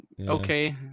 Okay